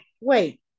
wait